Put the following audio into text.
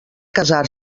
casar